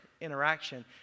interaction